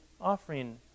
offering